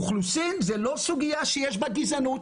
אוכלוסין זה לא סוגיה שיש בה גזענות.